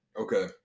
Okay